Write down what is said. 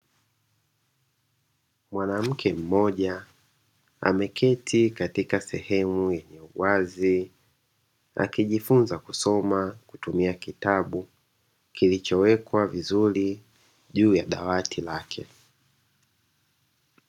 Mwanamke mmoja ameketi katika sehemu yenye uwazi, akijifinza kusoma, kutumia kitabu, kilicho wekwa vizuri juu ya dawati lake.